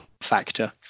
factor